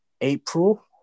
April